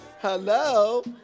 Hello